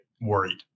worried